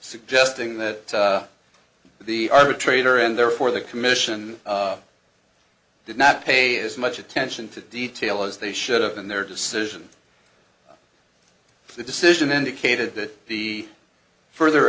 suggesting that the arbitrator and therefore the commission did not pay as much attention to detail as they should have in their decision the decision indicated that the further